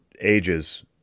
ages